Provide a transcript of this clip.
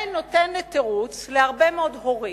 ונותנת תירוץ להרבה מאוד הורים,